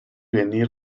venir